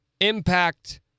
impact